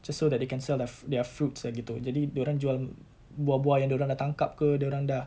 just so that they can sell their fr~ their fruits lah gitu jadi dia orang jual buah-buah yang dia orang dah tangkap ke dia orang dah